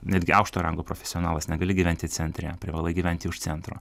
netgi aukšto rango profesionalas negali gyventi centre privalai gyventi už centro